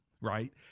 right